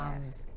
Yes